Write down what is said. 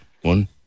one